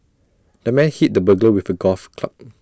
the man hit the burglar with A golf club